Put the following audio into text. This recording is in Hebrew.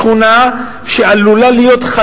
שכונה שעלולה להיות שם,